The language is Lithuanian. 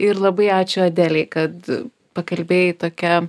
ir labai ačiū adelei kad pakalbėjai tokia